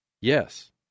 Yes